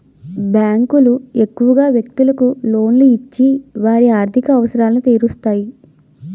బ్యాంకులు ఎక్కువగా వ్యక్తులకు లోన్లు ఇచ్చి వారి ఆర్థిక అవసరాలు తీరుస్తాయి